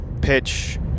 pitch